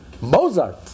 Mozart